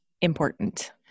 important